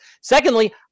Secondly